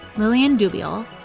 lillian dubiel,